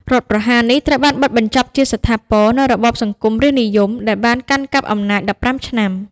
រដ្ឋប្រហារនេះបានបិទបញ្ចប់ជាស្ថាពរនូវរបបសង្គមរាស្រ្តនិយមដែលបានកាន់អំណាច ១៥ ឆ្នាំ។